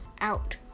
out